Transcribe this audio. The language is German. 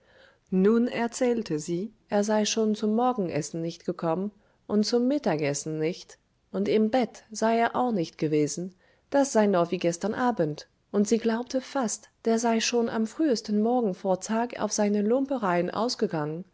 nun erzählte sie er sei schon zum morgenessen nicht gekommen und zum mittagessen nicht und im bett sei er auch nicht gewesen das sei noch wie gestern abend und sie glaubte fast der sei schon am frühesten morgen vor tag auf seine lumpereien ausgegangen